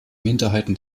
minderheiten